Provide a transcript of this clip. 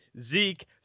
Zeke